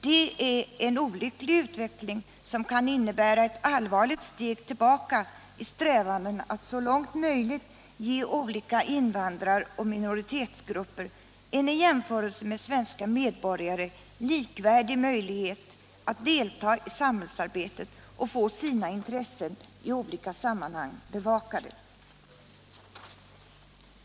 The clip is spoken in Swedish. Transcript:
Det är en olycklig utveckling, som kan innebära ett allvarligt steg tillbaka i strävanden att så långt möjligt ge olika invandraroch minoritetsgrupper en i jämförelse med svenska medborgare likvärdig möjlighet att delta i samhällsarbetet och få sina intressen i olika sammanhang bevakade.